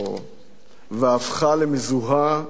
והפכה למזוהה עם דמותו.